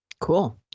cool